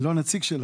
אני לא הנציג שלהם,